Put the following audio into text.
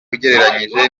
ugereranyije